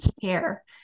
care